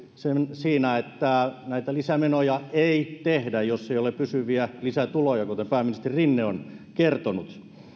siinä että näitä lisämenoja ei tehdä jos ei ole pysyviä lisätuloja kuten pääministeri rinne on kertonut